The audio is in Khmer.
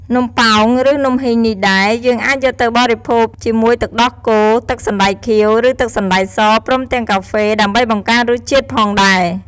នំប៉ោង ឬ នំហុីងនេះដែរ យើងអាចយកទៅបរិភោគជាមួយទឹកដោះគោ ទឹកសណ្តែកខៀវ ឬ ទឹកសណ្តែកស ព្រមទាំងកាហ្វេ ដើម្បីបង្កើនរសជាតិផងដែរ។